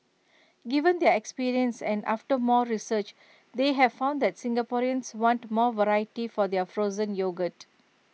given their experience and after more research they have found that Singaporeans want more variety for their frozen yogurt